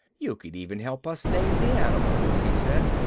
you could even help us name the animals, he said.